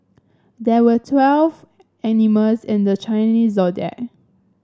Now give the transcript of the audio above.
there were twelve animals in the Chinese Zodiac